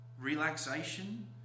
relaxation